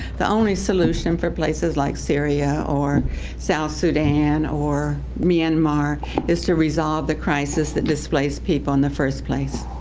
the only solution for places like syria, or south sudan, or myanmar is to resolve the crisis that displaced people in the first place.